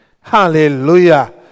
Hallelujah